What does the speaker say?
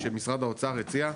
שמשרד האוצר הציע,